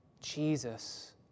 Jesus